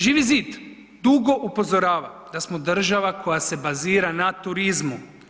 Živi zid dugo upozorava da smo država koja se bazira na turizmu.